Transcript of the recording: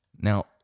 Now